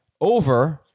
over